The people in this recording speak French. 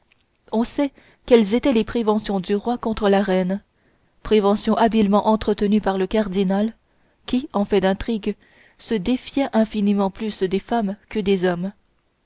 on sait quelles étaient les préventions du roi contre la reine préventions habilement entretenues par le cardinal qui en fait d'intrigues se défiait infiniment plus des femmes que des hommes